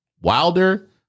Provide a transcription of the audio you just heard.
Wilder